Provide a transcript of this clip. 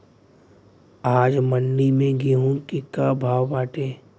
आज मंडी में गेहूँ के का भाव बाटे?